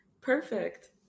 Perfect